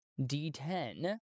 d10